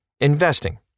Investing